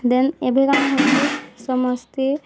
ଦେନ୍ ଏବେ କାଣା ହଉଛେ ସମସ୍ତେ